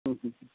হুম হুম হুম